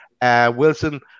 Wilson